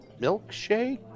Milkshake